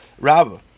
Rabba